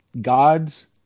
God's